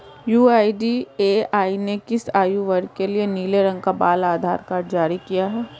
UIDAI ने किस आयु वर्ग के लिए नीले रंग का बाल आधार कार्ड जारी किया है?